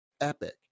epic